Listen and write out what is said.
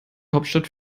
hauptstadt